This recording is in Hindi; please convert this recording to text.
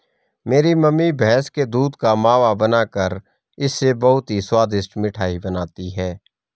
मेरी मम्मी भैंस के दूध का मावा बनाकर इससे बहुत ही स्वादिष्ट मिठाई बनाती हैं